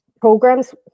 programs